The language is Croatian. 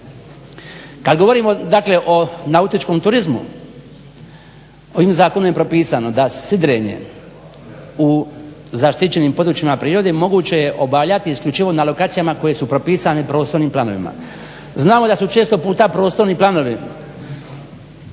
Kad govorimo dakle o nautičkom turizmu ovim zakonom je propisano da sidrenje u zaštićenim područjima prirode moguće je obavljati isključivo na lokacijama koje su propisane prostornim planovima. Znamo da su često puta prostorni planovi